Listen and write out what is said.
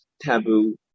taboo